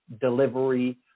delivery